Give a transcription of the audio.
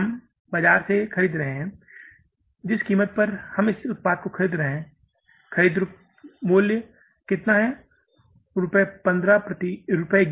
जिसे हम बाजार से खरीद रहे हैं जिस कीमत पर हम बाजार से उत्पाद खरीद रहे हैं खरीद मूल्य कितने रुपये है